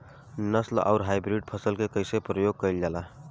नस्ल आउर हाइब्रिड फसल के कइसे प्रयोग कइल जाला?